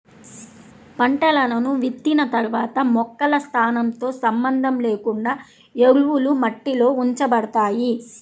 పంటలను విత్తిన తర్వాత మొక్కల స్థానంతో సంబంధం లేకుండా ఎరువులు మట్టిలో ఉంచబడతాయి